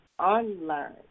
unlearn